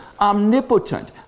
omnipotent